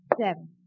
Seven